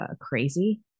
crazy